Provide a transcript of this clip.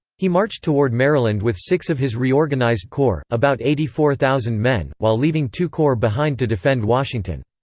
he marched toward maryland with six of his reorganized corps, about eighty four thousand men, while leaving two corps behind to defend washington.